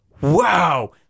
Wow